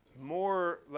more